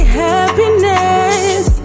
happiness